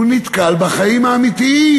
הוא נתקל בחיים האמיתיים,